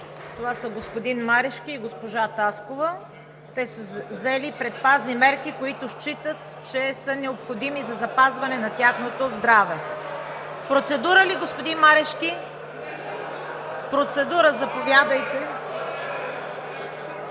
Това са господин Марешки и госпожа Таскова. Те са взели предпазни мерки, които считат, че са необходими за запазване на тяхното здраве. (Силен шум и реплики.) Процедура ли, господин Марешки? Заповядайте.